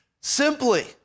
Simply